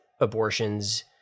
abortions